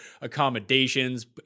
accommodations